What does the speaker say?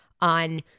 On